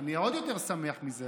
אני עוד יותר שמח על זה.